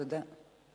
תודה.